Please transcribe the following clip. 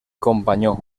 companyó